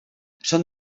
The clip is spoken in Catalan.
són